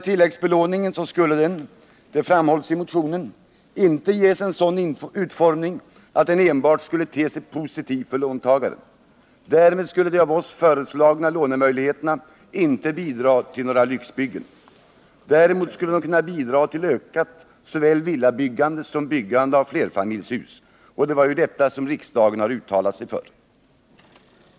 Tilläggsbelåningen skulle, det framhålls i motionen, inte ges en sådan utformning att den enbart skulle te sig positiv för låntagaren. Därmed skulle de av oss föreslagna lånemöjligheterna inte bidra till några lyxbyggen. Däremot skulle de kunna bidra till ett ökat såväl villabyggande som byggande av flerfamiljshus, och det var ju detta som riksdagen uttalade sig för.